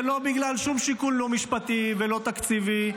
זה לא בגלל שום שיקול לא משפטי ולא תקציבי.